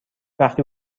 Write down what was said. وقتی